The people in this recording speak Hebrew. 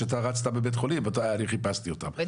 שאתה רצת בבית החולים אני חיפשתי אותם,